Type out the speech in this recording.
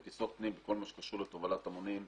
בטיסות פנים, כל מה שקשור לתובלת המונים,